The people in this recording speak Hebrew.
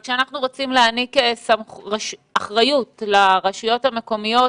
כאשר אנחנו רוצים להעניק אחריות לרשויות המקומיות,